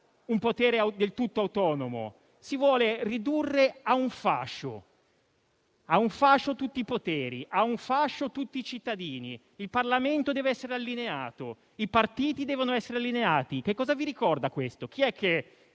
un potere del tutto autonomo. Si vogliono ridurre a un fascio tutti i poteri; a un fascio tutti i cittadini. Il Parlamento deve essere allineato, i partiti devono essere allineati. Che cosa vi ricorda questo? Chi è che